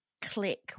click